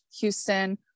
Houston